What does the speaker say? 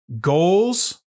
Goals